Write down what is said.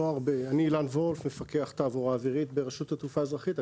אני מפקח תעבורה אווירית ברשות התעופה האזרחית,